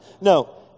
No